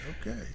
Okay